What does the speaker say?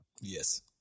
Yes